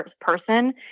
person